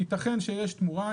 יתכן שיש תמורה,